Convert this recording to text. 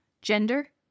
gender